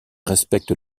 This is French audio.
respecte